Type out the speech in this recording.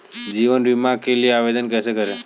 जीवन बीमा के लिए आवेदन कैसे करें?